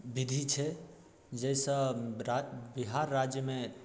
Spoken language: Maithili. विधि छै जाहिसँ रा बिहार राज्यमे